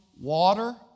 water